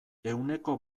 ehuneko